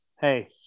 hey